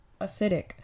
acidic